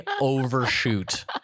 overshoot